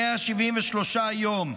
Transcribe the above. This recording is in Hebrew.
173 יום,